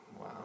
Wow